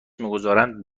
میگذارند